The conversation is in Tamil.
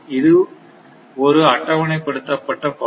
இது ஒரு அட்டவணைப்படுத்தப்பட்ட பவர்